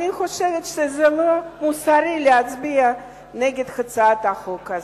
זה לא מוסרי להצביע נגד הצעת החוק הזאת.